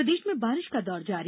प्रदेश में बारिश का दौर जारी